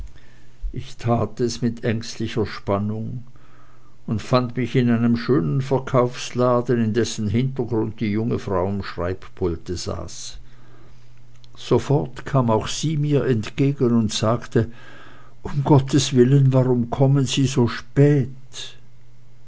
ich tat es mit ängstlicher spannung und fand mich in einem schönen verkaufsladen in dessen hintergrund die junge frau am schreibpulte saß sofort kam auch sie mir entgegen und sagte um gottes willen warum kommen sie so spät